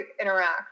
interact